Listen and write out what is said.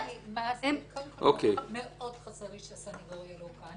קודם כול, מאוד חסר לי שהסניגוריה לא כאן.